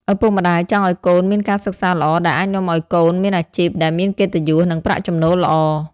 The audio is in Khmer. ឪពុកម្ដាយចង់ឲ្យកូនមានការសិក្សាល្អដែលអាចនាំឲ្យកូនមានអាជីពដែលមានកិត្តិយស និងប្រាក់ចំណូលល្អ។